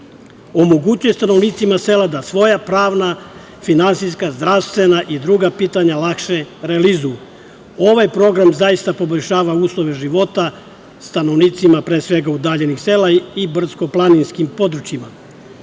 omogućuje stanovnicima sela da svoja pravna, finansijska, zdravstvena i druga pitanja lakše realizuju. Ovaj program zaista poboljšava uslove života stanovnicima pre svega udaljenih sela i brdsko-planinskim područjima. Kao